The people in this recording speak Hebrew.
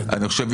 אני חושב,